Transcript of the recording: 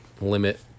limit